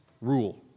rule